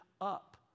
up